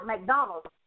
McDonald's